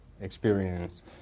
experience